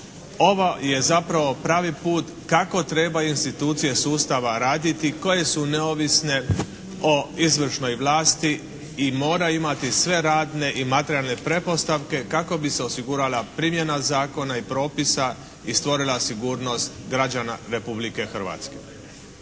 Ovo je zapravo pravi put kako treba institucije sustava raditi koje su neovisne o izvršnoj vlasti i mora imati sve radne i materijalne pretpostavke kako bi se osigurala primjena zakona i propisa i stvorila sigurnost građana Republike Hrvatske.